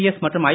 S மற்றும் ஐ